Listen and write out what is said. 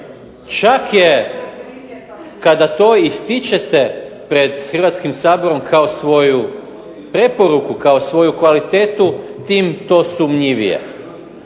Čak je kad to ističete pred Hrvatskom saborom kao svoju preporuku kao svoju kvalitetu tim to sumnjivije.